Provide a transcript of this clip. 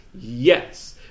Yes